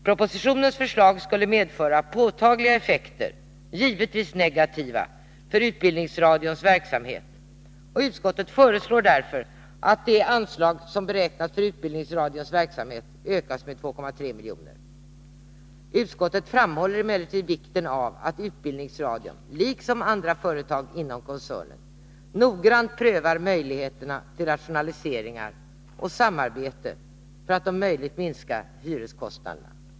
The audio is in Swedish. Propositionens förslag skulle medföra påtagliga effekter — givetvis negativa — för utbildningsradions verksamhet, och utskottet föreslår därför att det anslag som beräknats för utbildningsradions verksamhet ökas med 2,3 miljoner. Utskottet framhåller emellertid vikten av att utbildningsradion, liksom andra företag inom koncernen, noggrant prövar möjligheten till rationaliseringar och samarbete för att om möjligt minska hyreskostnaderna.